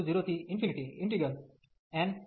ના સરવાળા તરીકે લખીએ છીએ